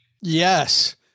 Yes